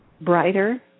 brighter